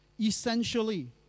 Essentially